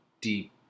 deep